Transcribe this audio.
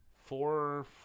four